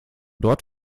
dort